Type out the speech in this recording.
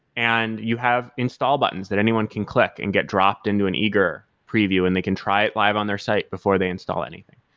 and you have install buttons that anyone can click and get dropped into an eager preview and they can try live on their site before they install anything.